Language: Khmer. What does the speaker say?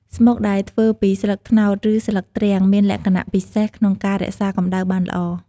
ស្មុកដែលធ្វើពីស្លឹកត្នោត ឬស្លឹកទ្រាំង មានលក្ខណៈពិសេសក្នុងការរក្សាកម្ដៅបានល្អ។